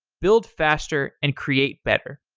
build faster and create better.